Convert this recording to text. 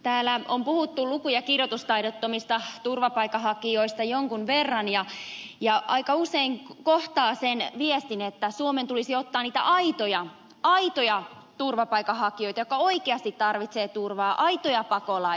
täällä on puhuttu luku ja kirjoitustaidottomista turvapaikanhakijoista jonkun verran ja aika usein kohtaa sen viestin että suomen tulisi ottaa niitä aitoja turvapaikanhakijoita jotka oikeasti tarvitsevat turvaa aitoja pakolaisia